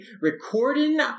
recording